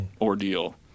ordeal